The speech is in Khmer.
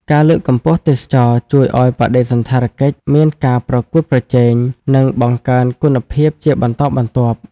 ការលើកកម្ពស់ទេសចរណ៍ជួយឲ្យបដិសណ្ឋារកិច្ចមានការប្រកួតប្រជែង និងបង្កើនគុណភាពជាបន្តបន្ទាប់។